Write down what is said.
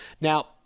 Now